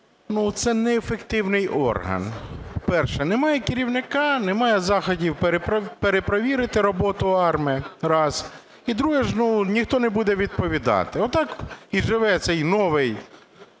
це неефективний орган. Перше. Немає керівника – немає заходів перепровірити роботу АРМА. Раз. І друге – знову ніхто не буде відповідати. Отак і живе цей новий,